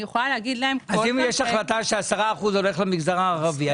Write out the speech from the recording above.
אם יש החלטה ש-10% הולך למגזר הערבי,